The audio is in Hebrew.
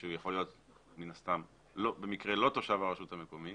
שהוא יכול להיות מן הסתם במקרה לא תושב הרשות המקומית